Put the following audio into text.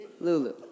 Lulu